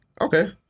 Okay